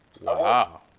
Wow